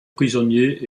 prisonnier